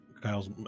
Kyle's